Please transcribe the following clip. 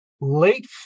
late